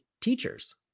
teachers